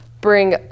bring